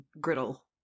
griddle